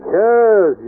yes